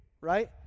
right